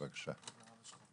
בבקשה.